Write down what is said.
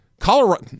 Colorado